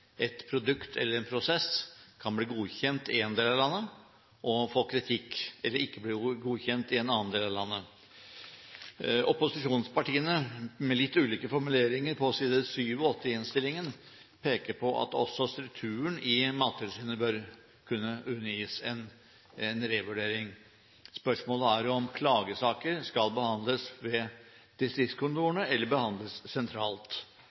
et produkt eller en prosess kan bli godkjent i en del av landet og få kritikk eller ikke bli godkjent i en annen del av landet. Opposisjonspartiene peker på – med litt ulike formuleringer, på sidene 7 og 8 i innstillingen – at også strukturen i Mattilsynet bør kunne undergis en revurdering. Spørsmålet er om klagesaker skal behandles ved regionkontorene eller behandles sentralt.